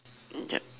mm yup